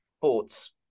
thoughts